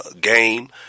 game